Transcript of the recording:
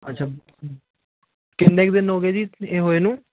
ਅੱਛਾ ਕਿੰਨੇ ਕੁ ਦਿਨ ਹੋ ਗਏ ਜੀ ਇਹ ਹੋਏ ਨੂੰ